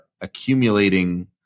accumulating